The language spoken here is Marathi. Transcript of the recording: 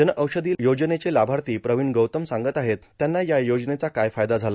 जन औषधी योजनेचे लाभार्थी प्रवीण गौतम सांगत आहेत त्यांना या योजनेचा काय फायदा झाला